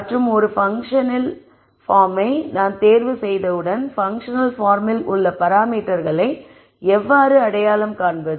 மற்றும் ஒரு பன்க்ஷனல் பார்ம்மை நான் தேர்வுசெய்தவுடன் பன்க்ஷனல் பார்மில் உள்ள பராமீட்டர்களை எவ்வாறு அடையாளம் காண்பது